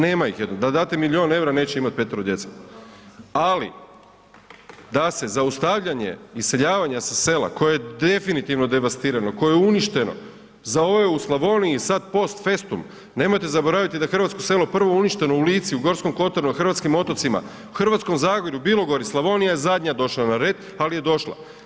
Nema ih, da date milijun eura, neće imati petero djece ali da se zaustavljanje iseljavanja sa sela koje je definitivno devastirano, koje je uništeno, za ove u Slavoniji sad post festum, nemojte zaboraviti da je hrvatsko selo prvo uništeno u Lici, u Gorskom kotaru, na hrvatskim otocima, u Hrvatskom zagorju, Bilogori, Slavonija je zadnja došla na red ali je došla.